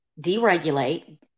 deregulate